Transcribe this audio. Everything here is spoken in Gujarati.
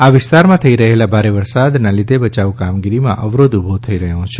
આ વિસ્તારમાં થઇ રહેલા ભારે વરસાદના લીધે બચાવ કામગીરીમાં અવરોધ ઊભો થઇ રહ્યો છે